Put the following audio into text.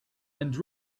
and